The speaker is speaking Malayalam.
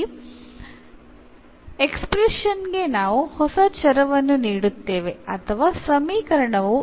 ഈ പദപ്രയോഗങ്ങൾൽ നമ്മൾ എന്ന ഒരു പുതിയ വേരിയബിൾ നൽകും